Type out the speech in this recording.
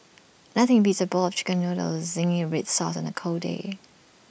nothing beats A bowl of Chicken Noodles Zingy Red Sauce on A cold day